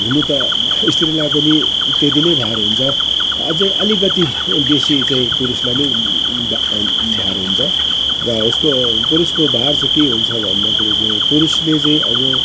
हुन त स्त्रीलाई पनि त्यती नै भार हुन्छ अझै अलिकति बेसी चाहिँ पुरुषलाई नै भार हुन्छ र उसको पुरुषको भार चाहिँ के हुन्छ भन्दाखेरि चाहिँ पुरुषले चाहिँ अब